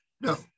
No